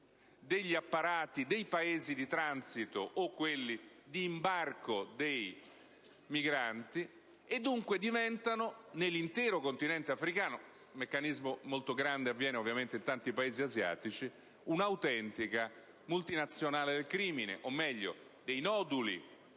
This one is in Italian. degli apparati dei Paesi di transito o di quelli di imbarco dei migranti, e dunque diventano, nell'intero continente africano - ma è un meccanismo molto grande che ovviamente si realizza in tanti Paesi asiatici - un'autentica multinazionale del crimine, o meglio dei noduli